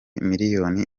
miliyoni